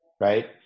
right